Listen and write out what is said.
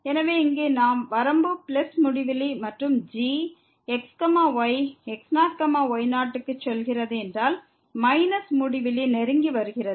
எனவே இங்கே நாம் வரம்பு பிளஸ் முடிவிலி மற்றும் g x y x0 y0 க்கு செல்கிறது என்றால் மைனஸ் முடிவிலி நெருங்கி வருகிறது